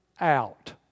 out